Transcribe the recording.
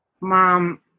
mom